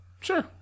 Sure